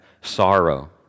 sorrow